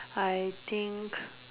I think